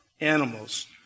animals